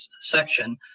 section